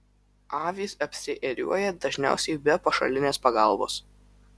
avys apsiėriuoja dažniausiai be pašalinės pagalbos